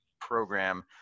program